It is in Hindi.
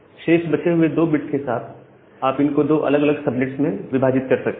शेष बचे हुए 2 बिट्स के साथ आप इनको दो अलग अलग सबनेट्स में विभाजित कर सकते हैं